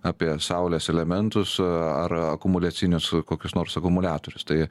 apie saulės elementus ar akumuliacinius kokius nors akumuliatorius tai